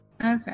Okay